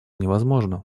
невозможно